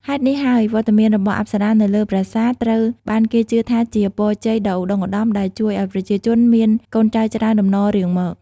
ហេតុនេះហើយ វត្តមានរបស់អប្សរានៅលើប្រាសាទត្រូវបានគេជឿថាជា ពរជ័យដ៏ឧត្តុង្គឧត្តម ដែលជួយឲ្យប្រជាជនមាន កូនចៅច្រើនតំណរៀងមក។